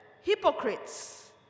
hypocrites